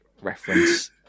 reference